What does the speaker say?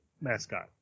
mascot